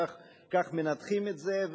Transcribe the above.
כך מנתחים את זה.